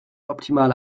optimale